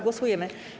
Głosujemy.